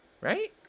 right